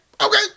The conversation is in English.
okay